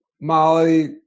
Molly